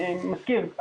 אני מזכיר,